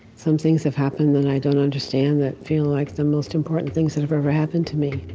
some things have happened that i don't understand that feel like the most important things that have ever happened to me